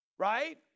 Right